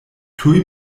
tuj